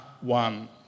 one